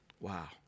Wow